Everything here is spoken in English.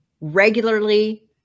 regularly